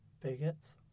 Bigots